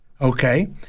Okay